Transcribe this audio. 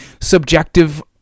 subjective